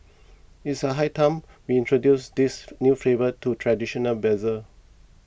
it is high time we introduce these new flavours to traditional bazaar